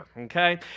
okay